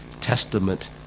Testament